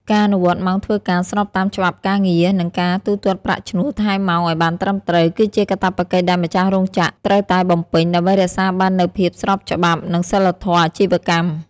ការអនុវត្តម៉ោងធ្វើការស្របតាមច្បាប់ការងារ និងការទូទាត់ប្រាក់ឈ្នួលថែមម៉ោងឱ្យបានត្រឹមត្រូវ គឺជាកាតព្វកិច្ចដែលម្ចាស់រោងចក្រត្រូវតែបំពេញ ដើម្បីរក្សាបាននូវភាពស្របច្បាប់ និងសីលធម៌អាជីវកម្ម។